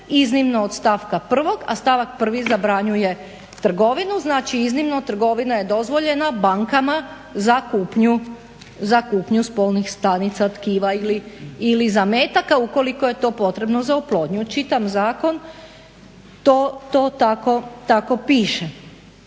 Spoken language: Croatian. iznimno od stavka 1., a stavak 1. zabranjuje trgovinu. Znači, iznimno trgovina je dozvoljena bankama za kupnju spolnih stanica, tkiva ili zametaka ukoliko je to potrebno za oplodnju. Čitam zakon to tako piše.